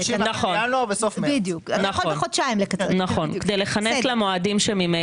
כדי לכנס למועדים.